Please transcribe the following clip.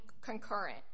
concurrent